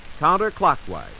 counterclockwise